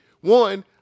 one